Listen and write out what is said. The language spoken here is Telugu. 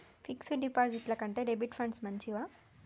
ఫిక్స్ డ్ డిపాజిట్ల కంటే డెబిట్ ఫండ్స్ మంచివా?